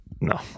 No